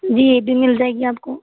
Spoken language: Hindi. जी यह भी मिल जाएगी आपको